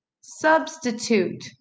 substitute